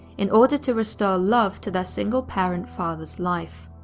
in order to restore love to their single-parent father's life.